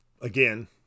Again